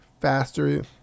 faster